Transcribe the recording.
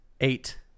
Eight